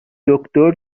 دکتره